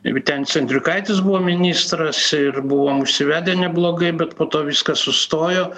vytenis andriukaitis buvo ministras ir buvom užsivedę neblogai bet po to viskas sustojo